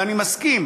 ואני מסכים,